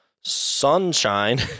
Sunshine